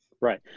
Right